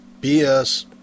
bs